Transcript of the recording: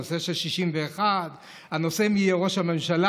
הנושא של 61 והנושא מי יהיה ראש הממשלה,